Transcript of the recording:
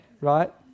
Right